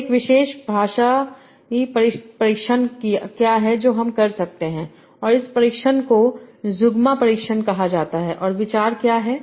तो एक विशेष भाषाई परीक्षण क्या है जो हम कर सकते हैं और इस परीक्षण को ज़ुग्मा परीक्षण कहा जाता है और विचार क्या है